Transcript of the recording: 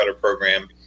program